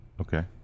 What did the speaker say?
okay